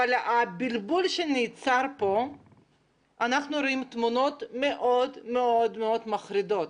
אבל בבלבול שנוצר פה אנחנו רואים תמונות מאוד-מאוד-מאוד מחרידות.